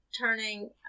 turning